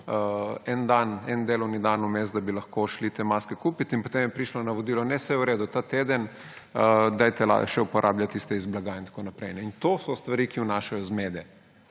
en delovni dan vmes, da bi lahko šli te maske kupit in potem je prišlo navodilo, ne, saj je v redu, ta teden dajte še uporabljati tiste iz blaga in tako naprej. In to so stvari, ki vnašajo zmedo.